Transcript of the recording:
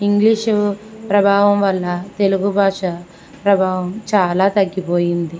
English ప్రభావం వల్ల తెలుగు భాష ప్రభావం చాలా తగ్గిపోయింది